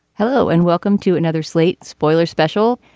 hello and welcome to another slate spoiler special.